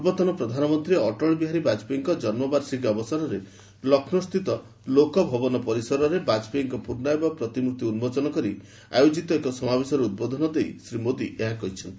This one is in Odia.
ପୂର୍ବତନ ପ୍ରଧାନମନ୍ତ୍ରୀ ଅଟଳ ବିହାରୀ ବାଜପେୟୀଙ୍କ ଜନ୍ମ ବାର୍ଷିକୀ ଅବସରରେ ଲକ୍ଷ୍ନୌସ୍ଥତ ଲୋକଭବନ ପରିସରରେ ବାଜପେୟୀଙ୍କ ପୂର୍ଣ୍ଣାବୟବ ପ୍ରତିମ୍ଭର୍ତ୍ତି ଉନ୍ନୋଚନ କରି ଆୟୋଜିତ ଏକ ସମାବେଶରେ ଉଦ୍ବୋଧନ ଦେଇ ଶ୍ରୀ ମୋଦୀ ଏହା କହିଛନ୍ତି